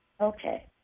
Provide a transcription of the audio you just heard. Okay